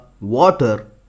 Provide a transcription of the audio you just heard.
water